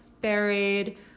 buried